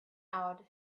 out